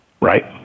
Right